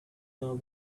know